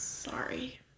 sorry